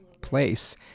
place